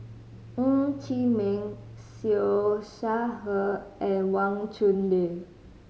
Ng Chee Meng Siew Shaw Her and Wang Chunde